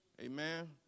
Amen